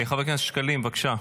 חבר הכנסת שקלים, בבקשה,